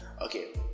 Okay